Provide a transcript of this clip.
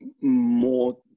more